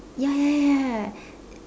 ya ya ya ya